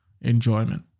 enjoyment